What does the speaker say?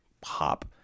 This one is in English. pop